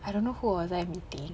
I don't know who I was meeting